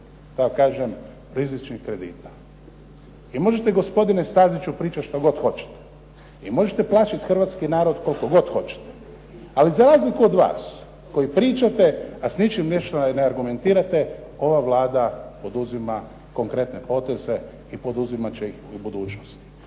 da kažem, rizičnih kredita. Vi možete gospodine Staziću pričati što god hoćete, i možete plašiti hrvatski narod koliko god hoćete, ali za razliku od vas koji pričate, a s ničim ništa ne argumentirate, ova Vlada poduzima konkretne poteze i poduzimat će ih i u budućnosti.